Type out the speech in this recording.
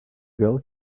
girl